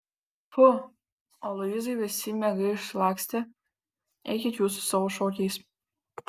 pfu aloyzui visi miegai išlakstė eikit jūs su savo šokiais